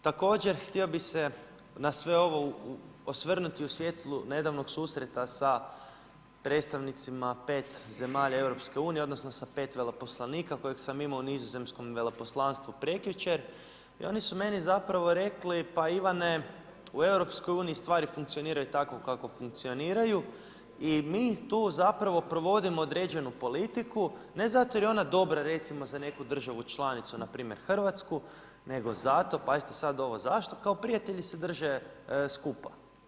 Također htio bih se na sve ovo osvrnuti u svijetlu nedavnog susreta sa predstavnicima 5 zemalja EU, odnosno sa 5 veleposlanika kojeg sam imao u Nizozemskom veleposlanstvu prekjučer i oni su meni zapravo rekli pa Ivane u EU stvari funkcioniraju tako kako funkcioniraju i mi tu provodimo određenu politiku, ne zato jer je ona dobra recimo za neku državu članicu, npr. Hrvatsku, nego zato, pazite sad ovo zašto, kao prijatelji se drže skupa.